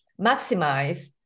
maximize